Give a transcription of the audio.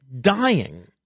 dying